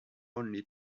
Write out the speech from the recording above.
only